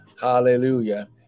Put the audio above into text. Hallelujah